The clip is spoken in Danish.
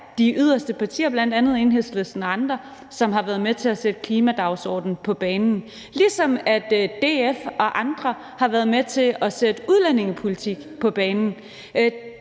de yderste partier, bl.a. Enhedslisten og andre, som har været med til at bringe klimadagsorden på banen, ligesom DF og andre har været med til at bringe udlændingepolitik på banen.